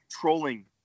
trolling